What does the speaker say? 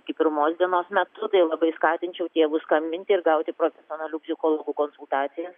iki pirmos dienos metu tai labai skatinčiau tėvus skambinti ir gauti profesionalių psichologų konsultacijas